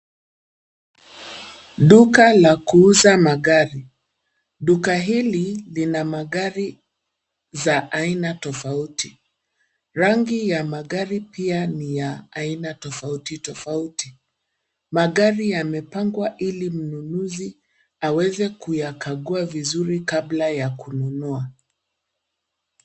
Duka la kuuza magari. Duka hili lina magari za aina tofauti. Rangi ya magari pia ni ya aina tofauti tofauti. Magari yamepangwa ili mnunuzi aweze kuyakagua vizuri kabla ya kununua.